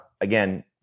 again –